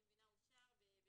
אושר אני מבינה,